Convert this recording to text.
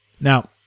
Now